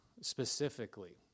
specifically